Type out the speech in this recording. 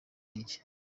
n’iki